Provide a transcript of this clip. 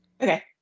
Okay